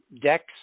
decks